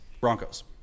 Broncos